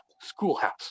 schoolhouse